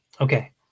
okay